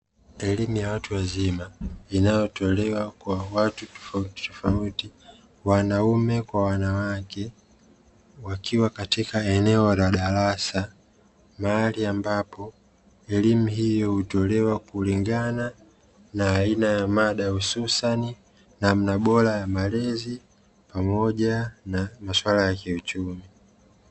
Elimu ya watu wazima inayotolewa kwa watu tofautitofauti wanaume kwa wanawake, wakiwa katika eneo la darasa mahali ambapo elimu hiyo hutolewa kulingana na aina ya mada, hususan namna bora ya malezi pamoja na masuala ya kiuchumi.